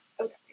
okay